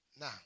Now